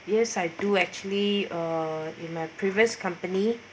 yes I do actually uh in my previous company